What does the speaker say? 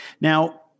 Now